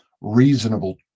reasonable